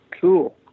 cool